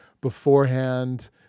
beforehand